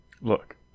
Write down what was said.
Look